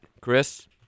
Chris